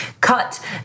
cut